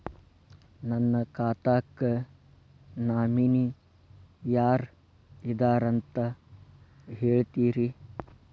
ನನ್ನ ಖಾತಾಕ್ಕ ನಾಮಿನಿ ಯಾರ ಇದಾರಂತ ಹೇಳತಿರಿ?